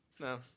No